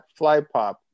Flypop